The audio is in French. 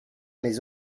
mais